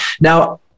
Now